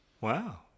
wow